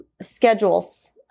schedules